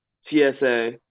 tsa